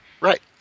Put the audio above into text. Right